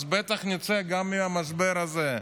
אז בטח נצא גם מהמשבר הזה.